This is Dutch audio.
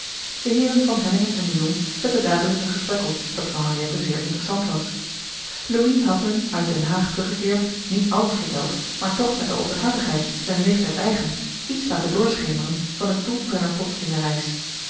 de heeren van hellingen en de jong zetten dadelijk een gesprek op dat voor henriette zeer interessant was louis had hun uit den haag teruggekeerd niet alles verteld maar toch met de openhartigheid zijn leeftijd eigen iets laten doorschemeren van het doel zijner plotselinge reis